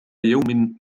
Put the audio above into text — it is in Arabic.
يوم